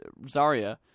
Zarya